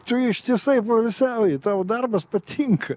tu ištisai poilsiauji tau darbas patinka